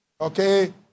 okay